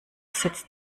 sitzt